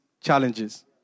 challenges